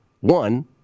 One